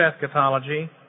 eschatology